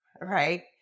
right